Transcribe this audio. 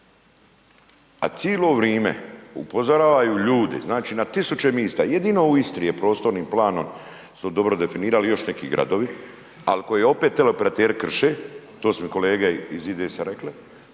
a cilo vrime upozoravaju ljudi, znači na tisuću mista, jedino u Istri je prostornim planom su dobro definirali, još neki gradovi, al' koji opet teleoperateri krše, to su mi kolege iz IDS-a rekli,